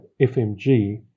FMG